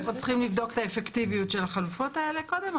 אנחנו צריכים לבדוק את האפקטיביות של החלופות האלה קודם,